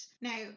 Now